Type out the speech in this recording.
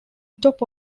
top